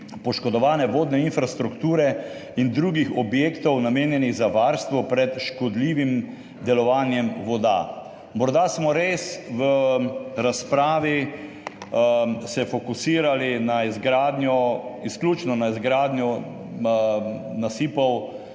poškodovane vodne infrastrukture in drugih objektov, namenjenih za varstvo pred škodljivim delovanjem voda. Morda smo res v razpravi se fokusirali na izgradnjo, izključno na izgradnjo nasipov